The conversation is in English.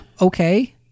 Okay